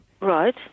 Right